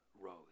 rose